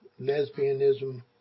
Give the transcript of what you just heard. lesbianism